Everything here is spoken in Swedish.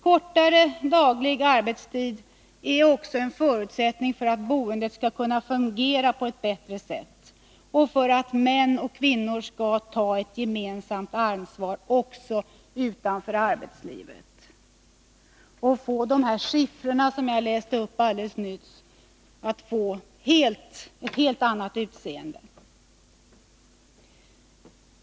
Kortare daglig arbetstid är en förutsättning för att också boendet skall kunna fungera på ett bättre sätt och för att män och kvinnor skall ta ett gemensamt ansvar också utanför arbetslivet, så att de siffror som jag alldeles nyss läste upp får ett helt annat utseende.